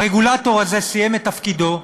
הרגולטור הזה סיים את תפקידו,